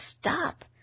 stop